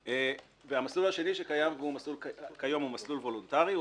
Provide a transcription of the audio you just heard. והמסלול השני שקיים כיום הוא מסלול וולונטרי,